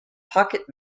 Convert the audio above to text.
pocket